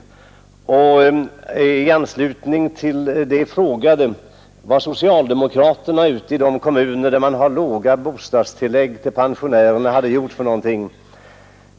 I anslutning till det frågade han vad socialdemokraterna hade gjort i de kommuner där man har låga bostadstillägg till pensionärerna.